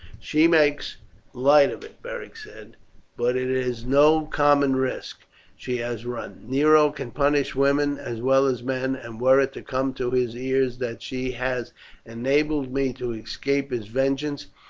she makes light of it, beric said but it is no common risk she has run. nero can punish women as well as men, and were it to come to his ears that she has enabled me to escape his vengeance,